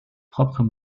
propres